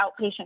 outpatient